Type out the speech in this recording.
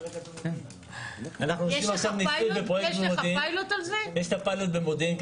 אנחנו עושים עכשיו ניסוי ופיילוט במודיעין,